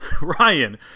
Ryan